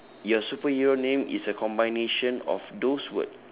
your superhero name is the combination of those word